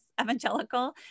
evangelical